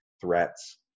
threats